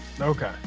Okay